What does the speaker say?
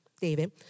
David